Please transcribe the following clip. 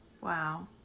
Wow